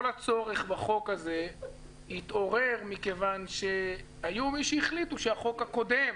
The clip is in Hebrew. כל הצורך בחוק הזה התעורר מכיוון שהיו מי שהחליטו שהחוק הקודם,